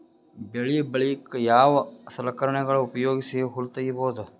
ಬೆಳಿ ಬಳಿಕ ಯಾವ ಸಲಕರಣೆಗಳ ಉಪಯೋಗಿಸಿ ಹುಲ್ಲ ತಗಿಬಹುದು?